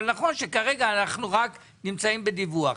זה נכון שכרגע אנחנו רק נמצאים בדיווח,